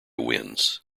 winds